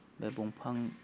बे दंफां